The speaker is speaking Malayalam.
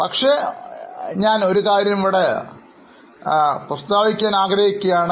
പക്ഷേ ഞാൻ ഓർമ്മ പുതുക്കുകയാണ്